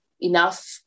enough